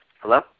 Hello